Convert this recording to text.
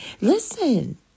Listen